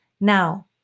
now